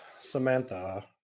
Samantha